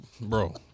bro